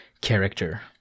character